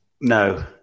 No